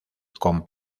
con